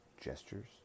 gestures